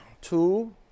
Two